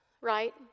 right